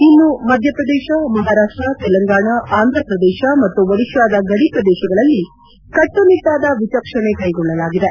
ಇನ್ನು ಮಧ್ಯಪ್ರದೇಶ ಮಹಾರಾಷ್ಲ ತೆಲಂಗಾಣ ಆಂಧಪ್ರದೇಶ ಮತ್ತು ಓಡಿಶಾದ ಗಡಿ ಪ್ರದೇಶಗಳಲ್ಲಿ ಕಟ್ಟುನಿಟ್ಲಾದ ವಿಚಕ್ಷಣೆ ಕ್ಲೆಗೊಳ್ಳಲಾಗಿದೆ